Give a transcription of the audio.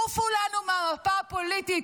עופו לנו מהמפה הפוליטית.